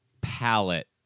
palette